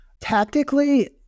Tactically